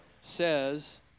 says